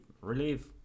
relief